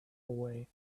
away